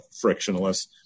frictionless